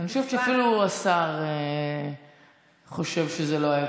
אני חושבת שאפילו השר חושב שזה לא היה טוב.